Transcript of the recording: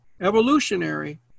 evolutionary